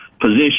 position